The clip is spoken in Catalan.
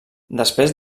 després